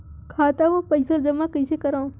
खाता म पईसा जमा कइसे करव?